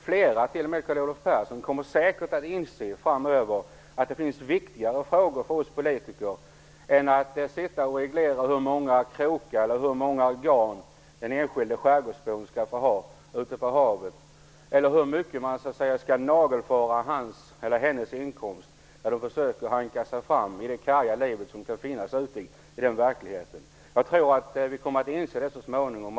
Flera, t.o.m. Carl Olov Persson, kommer säkert att inse att det finns viktigare frågor för oss politiker än att sitta och reglera hur många krokar eller hur många meter garn den enskilda skärgårdsbon skall få ha ute på havet eller hur mycket man skall nagelfara hans eller hennes inkomst när de försöker hanka sig fram i det karga livet ute i verkligheten. Jag tror att man kommer att inse det så småningom.